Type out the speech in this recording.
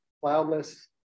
cloudless